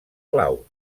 clau